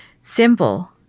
Simple